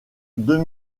deux